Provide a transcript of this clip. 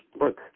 look